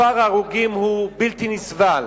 מספר ההרוגים הוא בלתי נסבל,